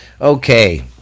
Okay